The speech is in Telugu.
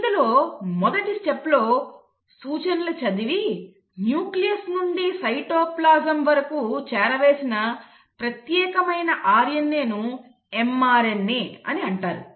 ఇందులో మొదటి స్టెప్ లో సూచనలు చదివి న్యూక్లియస్ నుండి సైటోప్లాజం వరకు చేరవేసిన ప్రత్యేకమైన RNA ను mRNA అని అంటారు